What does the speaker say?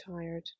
tired